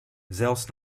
zelfs